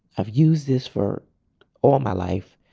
i've used this for all my life.